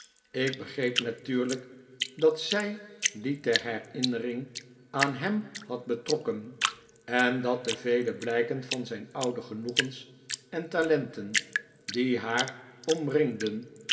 ik begreep natuurlijk dat zij die ter herinnering aan hem had betrokken en dat de vele blijken van zijn oude genoegens en talenten die haar omringden